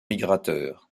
migrateurs